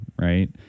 right